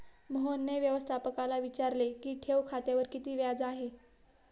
मोहनने व्यवस्थापकाला विचारले की ठेव खात्यावर किती व्याज आहे?